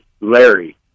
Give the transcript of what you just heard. Larry